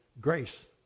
grace